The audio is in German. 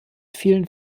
vielen